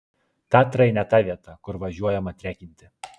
tatrai ne ta vieta kur važiuojama trekinti